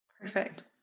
Perfect